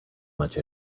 much